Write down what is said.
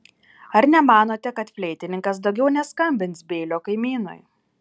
ar nemanote kad fleitininkas daugiau neskambins beilio kaimynui